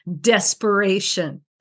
desperation